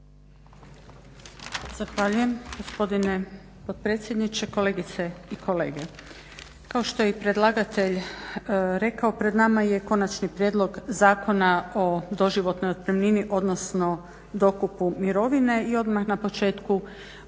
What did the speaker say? Zahvaljujem gospodine potpredsjedniče, kolegice i kolege. Kao što je i predlagatelj rekao pred nama je Konačni prijedlog zakona o doživotnoj otpremnini, odnosno dokupu mirovine i odmah na početku u ime